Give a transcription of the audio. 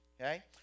Okay